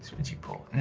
richie port.